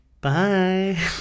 Bye